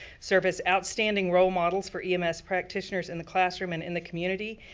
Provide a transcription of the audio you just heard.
serve as outstanding role models for ems practitioners in the classroom and in the community,